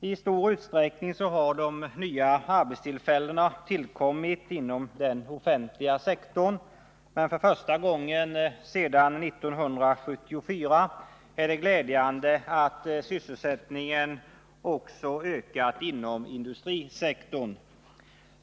I stor utsträckning har de nya arbetstillfällena tillkommit inom den offentliga sektorn, men för första gången sedan 1974 är det glädjande att sysselsättningen också ökat inom industrisektorn.